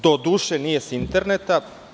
Doduše, nije sa interneta.